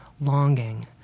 longing